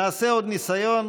נעשה עוד ניסיון,